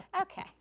okay